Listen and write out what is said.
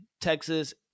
Texas